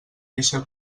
eixa